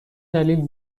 دلیل